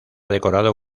decorado